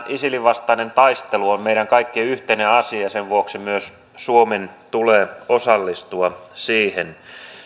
isilin vastainen taistelu on meidän kaikkien yhteinen asia sen vuoksi myös suomen tulee osallistua siihen